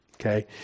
Okay